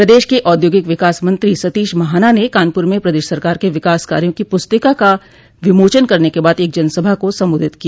प्रदेश के औद्योगिक विकास मंत्री सतीश महाना ने कानपुर में प्रदेश सरकार के विकास कार्यो की पुस्तिका का विमोचन करने के बाद एक जनसभा को संबोधित किया